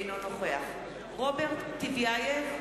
אינו נוכח רוברט טיבייב,